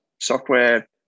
software